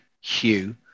hugh